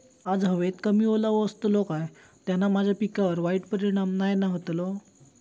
आज हवेत कमी ओलावो असतलो काय त्याना माझ्या पिकावर वाईट परिणाम नाय ना व्हतलो?